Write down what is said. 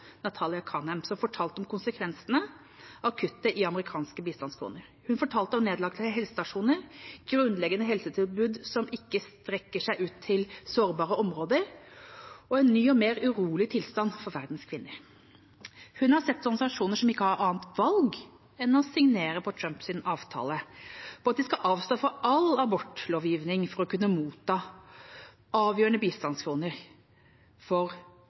Natalia Kanem, som fortalte om konsekvensene av kuttet i amerikanske bistandsmidler. Hun fortalte om nedlagte helsestasjoner, grunnleggende helsetilbud som ikke strekker ut til sårbare områder, og en ny og mer urolig tilstand for verdens kvinner. Hun har sett organisasjoner som ikke har annet valg enn å signere Trumps avtale om at de skal avstå fra all abortrådgivning for å kunne motta avgjørende